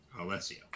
Alessio